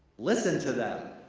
listen to them!